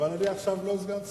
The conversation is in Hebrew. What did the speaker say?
אבל עכשיו אני לא סגן שר.